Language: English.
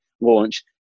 launch